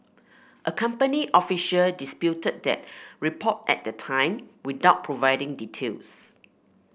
a company official disputed that report at the time without providing details